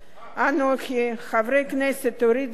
אנוכי, חברי הכנסת אורית זוארץ,